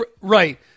right